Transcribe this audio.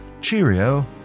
Cheerio